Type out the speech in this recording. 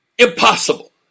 Impossible